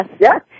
Yes